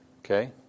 Okay